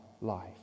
life